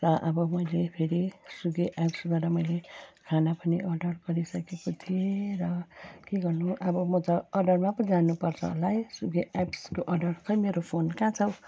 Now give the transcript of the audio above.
र अब मैले फेरि स्विगी एप्सबाट मेले खाना पनि अर्डर गरिसकेको थिएँ र के गर्नु अब म त अर्डरमा पो जानु पर्छ होला है स्विगी ऐप्सको अर्डर खोइ मेरो फोन कहाँ छ हौ